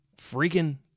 freaking